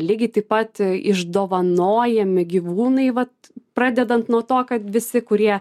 lygiai taip pat išdovanojami gyvūnai vat pradedant nuo to kad visi kurie